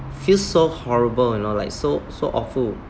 feel so horrible you know like so so awful